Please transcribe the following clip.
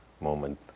moment